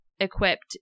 equipped